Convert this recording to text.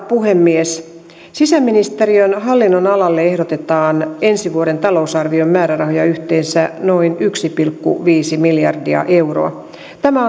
puhemies sisäministeriön hallinnon alalle ehdotetaan ensi vuoden talousarvioon määrärahoja yhteensä noin yksi pilkku viisi miljardia euroa tämä